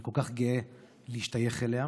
אני כל כך גאה להשתייך אליה.